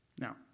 Now